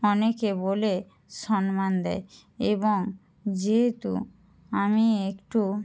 অনেকে বলে সম্মান দেয় এবং যেহেতু আমি একটু